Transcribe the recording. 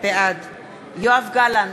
בעד יואב גלנט,